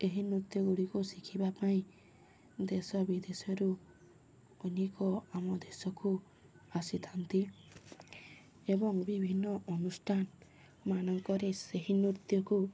ଏହି ନୃତ୍ୟ ଗୁଡ଼ିିକୁ ଶିଖିବା ପାଇଁ ଦେଶ ବିଦେଶରୁ ଅନେକ ଆମ ଦେଶକୁ ଆସିଥାନ୍ତି ଏବଂ ବିଭିନ୍ନ ଅନୁଷ୍ଠାନ ମାନଙ୍କରେ ସେହି ନୃତ୍ୟକୁ